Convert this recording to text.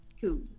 Cool